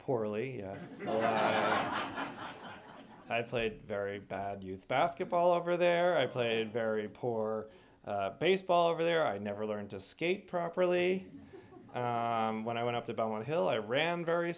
poorly i played very bad youth basketball over there i played very poor baseball over there i never learned to skate properly when i went up to belmont hill i ran very